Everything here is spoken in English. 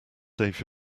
save